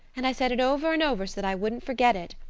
and i said it over and over so that i wouldn't forget it.